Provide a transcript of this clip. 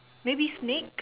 maybe snake